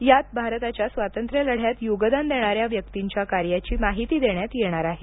यात भारताच्या स्वातंत्र्यलढ्यात योगदान देणाऱ्या व्यक्तींच्या कार्याची माहिती देण्यात येणार आहे